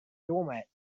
doormat